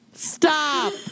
Stop